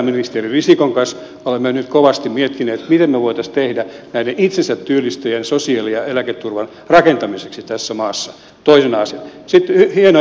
ministeri risikon kanssa olemme nyt kovasti miettineet mitä me voisimme tehdä näiden itsensä työllistäjien sosiaali ja eläketurvan rakentamiseksi tässä maassa toisena asiana